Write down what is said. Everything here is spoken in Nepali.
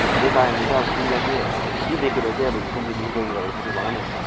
त्यही कारणले चाहिँ अब तिमीले चाहिँ के देखेर चाहिँ अब कुमुदुनि ज्वइन गरेको साथी भन न यसो